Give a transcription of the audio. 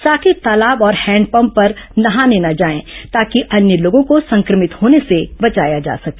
साथ ही तालाब और हैंडपंप पर नहाने न जाएं ताकि अन्य लोगों को संक्रमित होने से बचाया जा सके